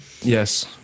yes